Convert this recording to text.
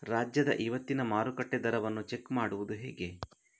ರಾಜ್ಯದ ಇವತ್ತಿನ ಮಾರುಕಟ್ಟೆ ದರವನ್ನ ಚೆಕ್ ಮಾಡುವುದು ಹೇಗೆ?